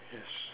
yes